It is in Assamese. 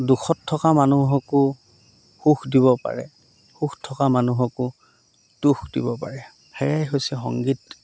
দুখত থকা মানুহকো সুখ দিব পাৰে সুখ থকা মানুহকো দুখ দিব পাৰে সেয়াই হৈছে সংগীত